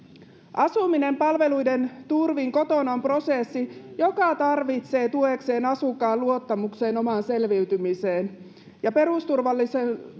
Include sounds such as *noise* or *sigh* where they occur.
asuminen palveluiden turvin kotona on prosessi joka tarvitsee tuekseen asukkaan luottamuksen omaan selviytymiseen ja perusturvallisuuden *unintelligible*